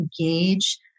engage